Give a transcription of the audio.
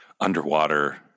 Underwater